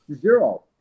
zero